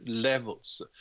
levels